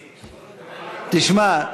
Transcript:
תשמע,